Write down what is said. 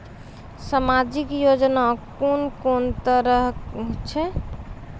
समाजिक योजना कून कून तरहक छै?